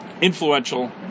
influential